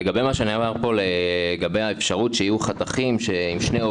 לגבי מה שנאמר כאן לגבי האפשרות שיהיו חתכים עם שני עובדים.